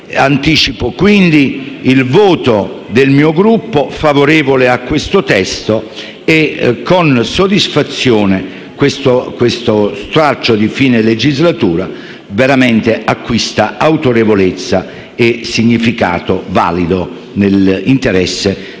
Anticipo il voto del mio Gruppo, favorevole a questo testo. Con soddisfazione, questo stralcio di fine legislatura veramente acquista un significato valido nell'interesse del nostro